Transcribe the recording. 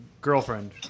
girlfriend